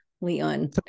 Leon